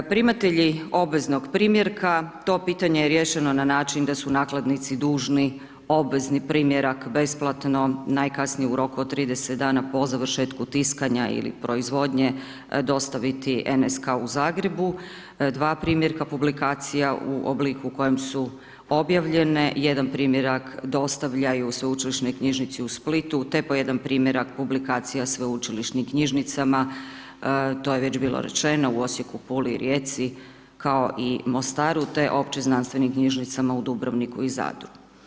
Primatelji obveznog primjerka, to pitanje je riješeno na način da su nakladnici dužni obvezni primjerak besplatno, najkasnije u roku od 30 dana po završetku tiskanja ili proizvodnje, dostaviti NSK u Zagrebu, dva primjerka publikacija u obliku u kojem su objavljene, jedan primjerak dostavljaju Sveučilišnoj knjižnici u Splitu, te po jedan primjerak publikacija Sveučilišnim knjižnicama, to je već bilo rečeno u Osijeku, Puli i Rijeci, kao i Mostaru, te Opće znanstvenim knjižnicama u Dubrovniku i Zadru.